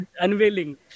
Unveiling